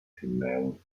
female